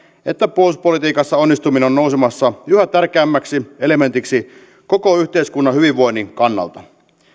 että puolustuspolitiikassa onnistuminen on nousemassa yhä tärkeämmäksi elementiksi koko yhteiskunnan hyvinvoinnin kannalta